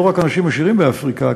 יש לא רק אנשים עשירים באפריקה.